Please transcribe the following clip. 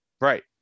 Right